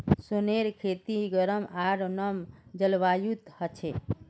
सोनेर खेती गरम आर नम जलवायुत ह छे